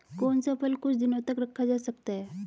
कौन सा फल कुछ दिनों तक रखा जा सकता है?